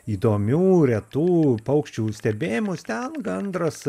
įdomių retų paukščių stebėjimus ten gandras